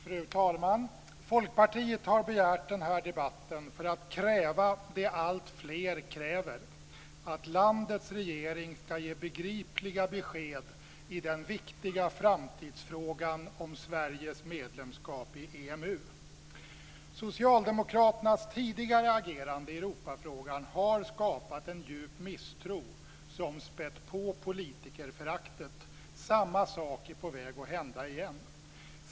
Fru talman! Folkpartiet har begärt den här debatten för att kräva det alltfler kräver: att landets regering ska ge begripliga besked i den viktiga framtidsfrågan om Sveriges medlemskap i EMU. Socialdemokraternas tidigare agerande i Europafrågan har skapat en djup misstro som spätt på politikerföraktet. Samma sak är på väg att hända igen.